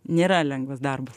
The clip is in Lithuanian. nėra lengvas darbas